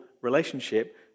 relationship